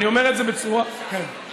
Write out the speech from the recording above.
אתה